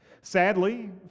Sadly